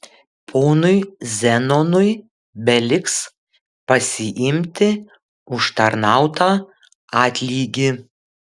ponui zenonui beliks pasiimti užtarnautą atlygį